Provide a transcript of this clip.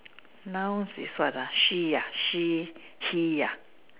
nouns is what ah she ah she he ah